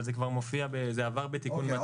אבל זה עבר בתיקון 200. אוקיי.